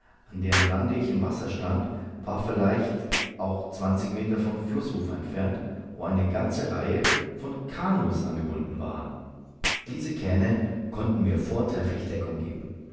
an deren rande ich im wasser stand war vielleicht auch zwanzig meter vom flußufer entfernt wo eine ganze reihe von kanoes angebunden waren diese kähne konnten mir vortrefflich deckung geben